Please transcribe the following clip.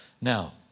Now